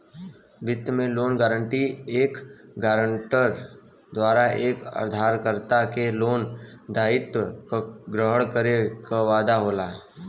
वित्त में loan guarantee एक गारंटर द्वारा एक उधारकर्ता के लोन दायित्व क ग्रहण करे क वादा होला